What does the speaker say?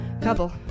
couple